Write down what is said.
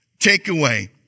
takeaway